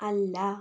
അല്ല